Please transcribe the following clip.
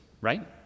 right